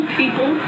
people